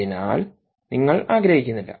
അതിനാൽനിങ്ങൾ ആഗ്രഹിക്കുന്നില്ല